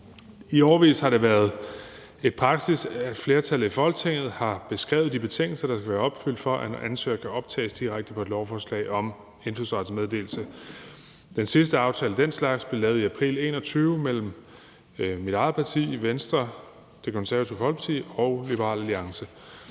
I årevis har det været praksis, at et flertal i Folketinget har beskrevet de betingelser, der skal være opfyldt, for at en ansøger kan optages direkte på et lovforslag om indfødsrets meddelelse. Den sidste aftale af den slags blev lavet i april 2021 mellem mit eget parti, Venstre, Det Konservative Folkeparti og Liberal Alliance.